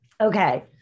Okay